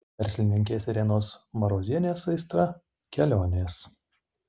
verslininkės irenos marozienės aistra kelionės